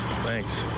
Thanks